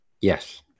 Yes